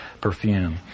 perfume